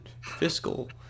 fiscal